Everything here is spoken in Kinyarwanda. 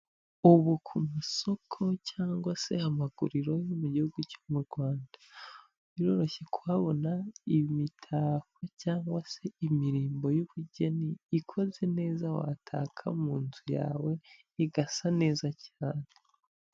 Ubu ku masoko cyangwa se amaguriro yo mu gihugu cyo mu Rwanda biroroshye kuhabona imitako cyangwa se imirimbo y'ubugeni ikoze neza wataka mu nzu yawe igasa neza cyane.